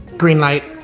green light.